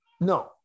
no